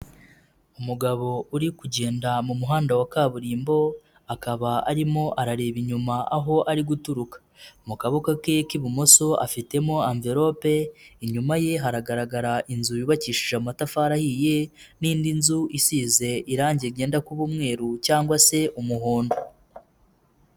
Umugabo uri kugenda mu muhanda wa kaburimbo, akaba arimo arareba inyuma aho ari guturuka. Mu kaboko ke k'ibumoso afitemo amvelope, inyuma ye haragaragara inzu yubakishije amatafari ahiye n'indi nzu isize irangi rigiye kuba umweru, cyangwa se umuhondo.